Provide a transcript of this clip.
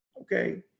okay